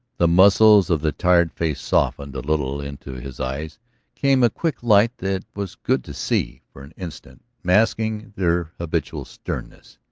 the muscles of the tired face softened a little, into his eyes came a quick light that was good to see for an instant masking their habitual sternness.